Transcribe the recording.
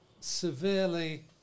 severely